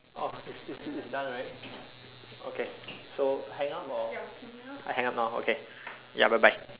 orh it's it's it's done right okay so hang up or I hang up now okay ya bye bye